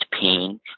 pain